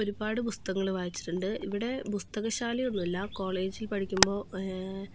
ഒരുപാട് പുസ്തകങ്ങൾ വായിച്ചിട്ടുണ്ട് ഇവിടെ പുസ്തകശാലയൊന്നും ഇല്ല കോളേജിൽ പഠിക്കുമ്പോൾ